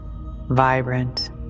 vibrant